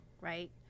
right